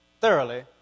thoroughly